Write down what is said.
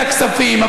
את הכספים,